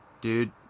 Dude